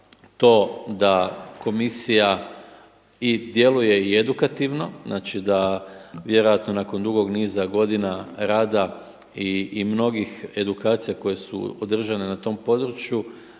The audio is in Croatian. to da Komisija djeluje i edukativno. Znači da vjerojatno da nakon dugog niza godina rada i mnogih edukacija koje su održane na tom području,